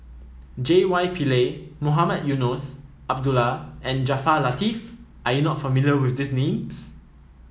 J Y Pillay Mohamed Eunos Abdullah and Jaafar Latiff are you not familiar with these names